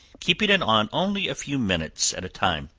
keeping it on only a few minutes at a time.